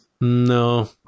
No